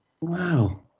Wow